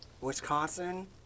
Wisconsin